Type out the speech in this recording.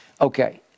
Okay